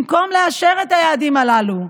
במקום לאשר את היעדים הללו,